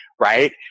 right